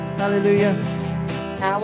hallelujah